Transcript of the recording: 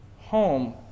home